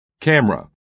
Camera